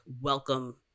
welcome